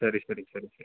சரி சரி சரி சரி